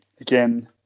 again